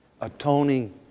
atoning